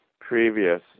previous